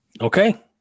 Okay